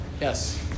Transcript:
Yes